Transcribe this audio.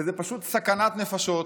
וזאת פשוט סכנת נפשות.